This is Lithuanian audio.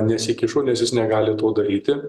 nesikišo nes jis negali to daryti